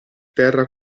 terra